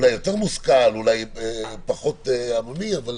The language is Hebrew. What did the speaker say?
אולי יותר מושכל, אולי פחות המוני, אבל